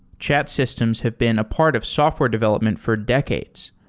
chat systems have been a part of software development for decades.